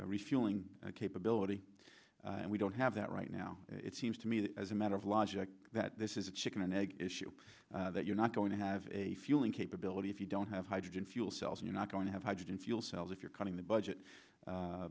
refueling capability and we don't have that right now it seems to me as a matter of logic that this is a chicken and egg issue that you're not going to have a fueling capability if you don't have hydrogen fuel cells you're not going to have hydrogen fuel cells if you're cutting the budget